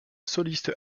soliste